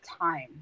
time